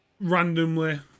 Randomly